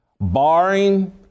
Barring